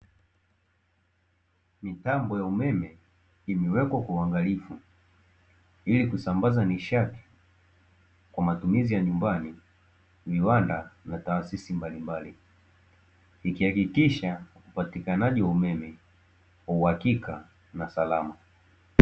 Mitambo ya umeme imewekwa kwa uangalifu ilikusambaza nishati kwa matumizi ya nyumbani, viwanda na taasisi mbalimbali, ikihakikisha upatikanaji wa umeme kwa uhakika na salama.